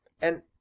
And